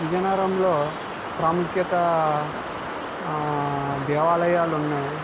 విజయనగరంలో ప్రాముఖ్యత ఆ దేవాలయాలు ఉన్నాయి